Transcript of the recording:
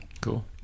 Cool